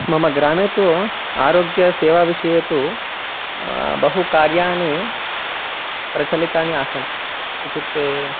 मम ग्रामे तु आरोग्यसेवाविषये तु बहुकार्याणि प्रचलितानि आसन् इत्युक्ते